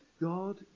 God